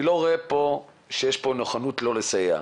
אני לא רואה שיש נכונות לא לסייע.